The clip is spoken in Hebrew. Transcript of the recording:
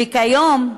וכיום,